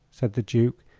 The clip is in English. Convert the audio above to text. said the duke,